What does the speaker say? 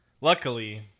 luckily